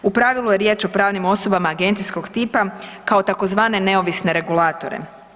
U pravilu je riječ o pravnim osobama agencijskog tipa kao tzv. neovisne regulatore.